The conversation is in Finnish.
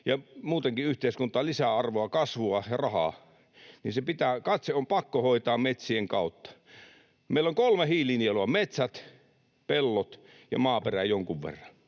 ja muutenkin yhteiskuntaan lisäarvoa, kasvua ja rahaa, niin kai se on pakko hoitaa metsien kautta. Meillä on kolme hiilinielua: metsät, pellot ja maaperä jonkun verran.